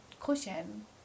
cushion